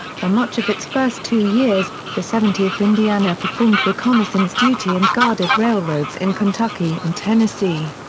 for much of its first two years, the seventieth indiana performed reconnaissance duty and guarded railroads in kentucky and tennessee.